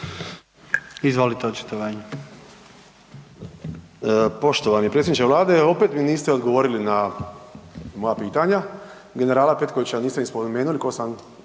Hrvoje (HRAST)** Poštovani predsjedniče vlade, opet mi niste odgovorili na moja pitanja, generala Petkovića niste ni spomenuli košto sam